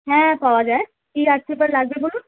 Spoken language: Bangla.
হ্যাঁ পাওয়া যায় কী আর্ট পেপার লাগবে বলুন